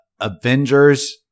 Avengers